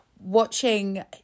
watching